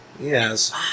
Yes